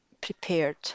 prepared